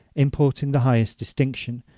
importing the highest distinction,